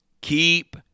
keep